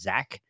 Zach